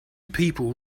people